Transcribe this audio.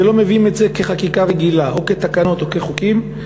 ולא מביאים את זה כחקיקה רגילה או כתקנות או כחוקים,